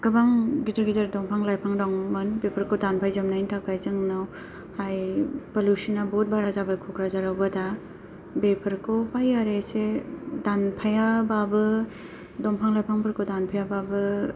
गोबां गिदिर गिदिर दंफां लाइफां दंमोन बेफोरखौ दाफायजोबनायनि थाखाय जोंनाव बाहाय फुलुसनआ बुहुत बारा जाबाय क'क्राझारावबो दा बेफोरखौ बायो आरो एसे दानफायाबाबो दंफां लाइफांफोरखौ दानफायाबाबो